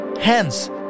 Hence